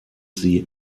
sie